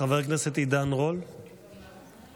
חבר הכנסת עידן רול, מבקש?